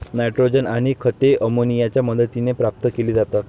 nitrogen आणि खते अमोनियाच्या मदतीने प्राप्त केली जातात